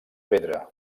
pedra